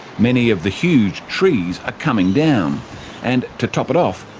many of the huge trees are coming down and, to top it off,